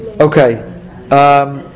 Okay